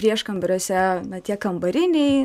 prieškambariuose na tie kambariai